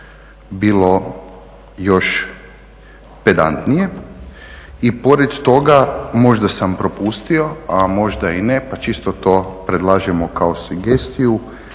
bilo još pedantnije. I pored toga možda sam propustio, a možda i ne pa čisto to predlažemo kao sugestiju.